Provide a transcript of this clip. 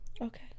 Okay